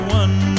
one